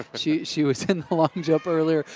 ah she she was in the long jump earlier.